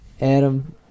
Adam